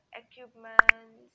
equipment